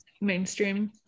mainstream